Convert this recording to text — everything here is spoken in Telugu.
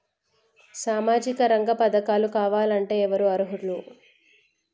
సామాజిక రంగ పథకాలు కావాలంటే ఎవరు అర్హులు?